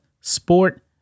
sport